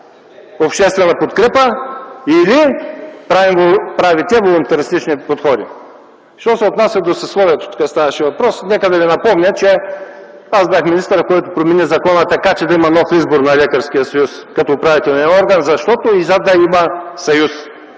обществена подкрепа или правите волунтаристични подходи? Що се отнася до съсловието, тук ставаше въпрос, нека да ви припомня, че бях министърът, който промени законът така, че да има нов избор на Лекарския съюз като управителен орган, за да има съюз.